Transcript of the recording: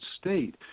state